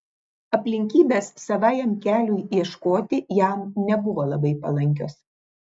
aplinkybės savajam keliui ieškoti jam nebuvo labai palankios